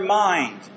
mind